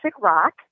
rock